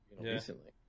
recently